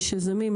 יש יזמים,